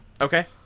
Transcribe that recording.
Okay